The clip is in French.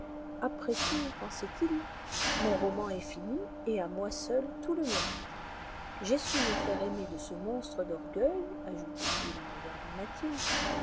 après tout pensait-il mon roman est fini et à moi seul tout le mérite j'ai su me faire aimer de ce monstre d'orgueil ajoutait-il en regardant mathilde